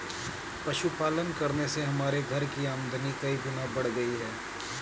पशुपालन करने से हमारे घर की आमदनी कई गुना बढ़ गई है